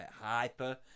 hyper